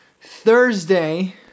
Thursday